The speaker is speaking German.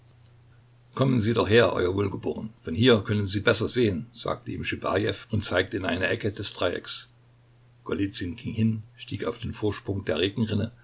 kommen sie doch her euer wohlgeboren von hier können sie besser sehen sagte ihm schibajew und zeigte in eine der ecken des dreiecks golizyn ging hin stieg auf den vorsprung der